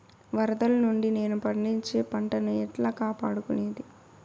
వరదలు నుండి నేను పండించే పంట ను ఎట్లా కాపాడుకునేది?